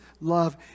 love